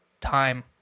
time